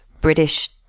British